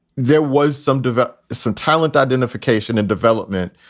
there was some develop some talent identification and development.